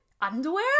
underwear